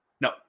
No